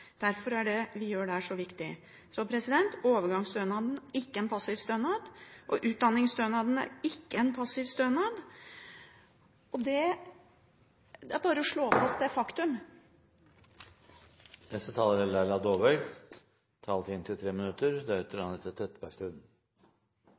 Derfor er det vi gjør der, så viktig. Overgangsstønaden og utdanningsstønaden er ikke passive stønader. Det er bare å slå fast det faktumet. Når kontantstøtten kommer opp, kan ikke Kristelig Folkeparti sitte stille, og jeg skjønner at SV fortsatt er